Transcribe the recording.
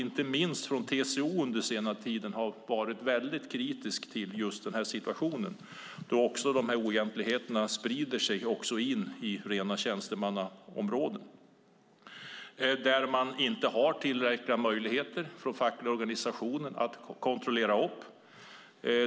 Inte minst har TCO den senaste tiden varit väldigt kritisk till just den här situationen, då oegentligheterna också sprider sig till rena tjänstemannaområden. Den fackliga organisationen har inte tillräckliga möjligheter att kontrollera.